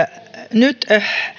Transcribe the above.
nyt